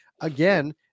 again